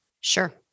sure